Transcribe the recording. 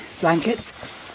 blankets